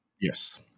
Yes